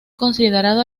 considerado